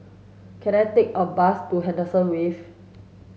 can I take a bus to Henderson Wave